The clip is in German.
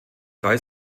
drei